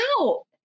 out